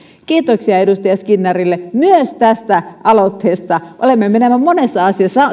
kiitoksia edustaja skinnarille myös tästä aloitteesta olemme monessa